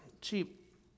cheap